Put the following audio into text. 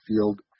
field